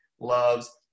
loves